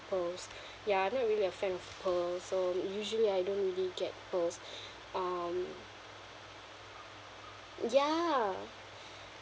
pearls ya I'm not really a fan of pearls so usually I don't really get pearls um ya